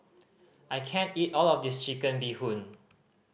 I can't eat all of this Chicken Bee Hoon